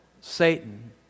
Satan